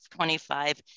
25